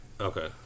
Okay